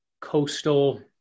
coastal